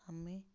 ଆମେ